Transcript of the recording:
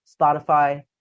Spotify